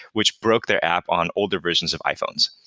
which broke their app on older versions of iphones.